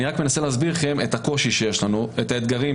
אני רק מנסה להסביר לכם את הקושי שיש לנו ואת האתגרים